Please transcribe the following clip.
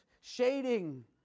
shading